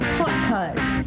podcast